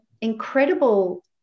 incredible